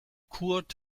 kurt